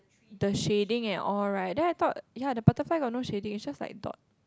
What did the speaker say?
the shading and all right then I thought ya the butterfly has no shading just like dot